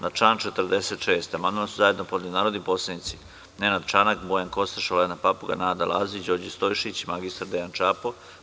Na član 46. amandman su zajedno podneli narodni poslanici Nenad Čanak, Bojan Kostreš, Olena Papuga, Nada Lazić, Đorđe Stojšić i mr. Dejan Čapo.